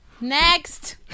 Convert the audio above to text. Next